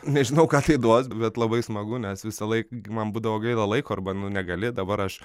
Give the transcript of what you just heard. nežinau ką tai duos bet labai smagu nes visąlaik man būdavo gaila laiko arba nu negali dabar aš